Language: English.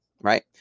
Right